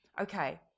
Okay